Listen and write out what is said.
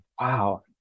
wow